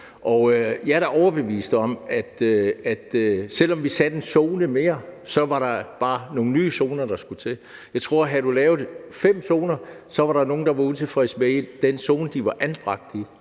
Jeg er da overbevist om, at selv om vi lavede en zone mere, ville der bare skulle nogle nye zoner til. Jeg tror, at hvis du havde lavet fem zoner, ville der være nogle, der var utilfredse med den zone, de var anbragt i.